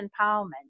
empowerment